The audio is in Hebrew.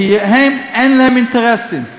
כי להם אין אינטרסים.